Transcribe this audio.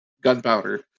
gunpowder